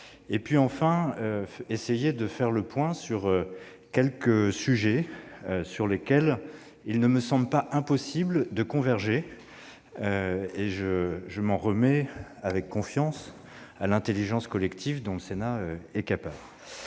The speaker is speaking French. Enfin, je ferai le point sur quelques sujets sur lesquels il ne me semble pas impossible de converger ; je m'en remets avec confiance à l'intelligence collective dont le Sénat est capable.